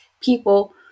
people